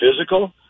physical